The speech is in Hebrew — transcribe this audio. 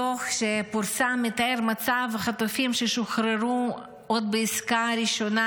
הדוח שפורסם מתאר את מצב החטופים ששוחררו עוד בעסקה הראשונה,